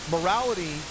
Morality